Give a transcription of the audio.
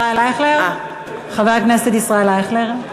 חבר הכנסת ישראל אייכלר?